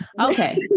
Okay